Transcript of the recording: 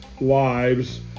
lives